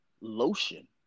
Lotion